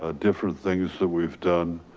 ah different things that we've done.